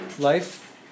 Life